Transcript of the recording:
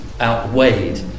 outweighed